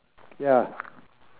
ya